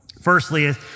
Firstly